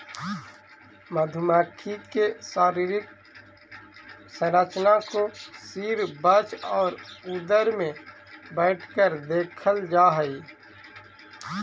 मधुमक्खी के शारीरिक संरचना को सिर वक्ष और उदर में बैठकर देखल जा हई